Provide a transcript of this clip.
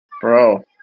bro